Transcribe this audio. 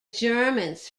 germans